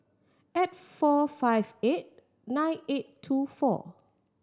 eight four five eight nine eight two four